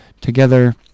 together